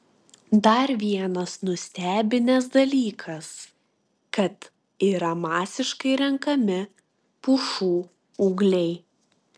dar vienas nustebinęs dalykas kad yra masiškai renkami pušų ūgliai